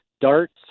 darts